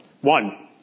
one